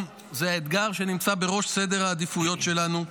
הוא האתגר שנמצא בראש סדר העדיפויות שלנו,